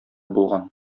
булган